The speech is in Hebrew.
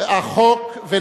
חוק בתי-המשפט (תיקון מס' 67),